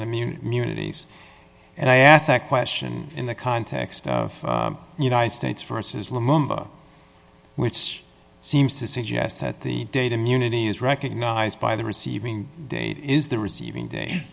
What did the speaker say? and immunities and i asked that question in the context of united states versus lumumba which seems to suggest that the data immunity is recognized by the receiving date is the receiving day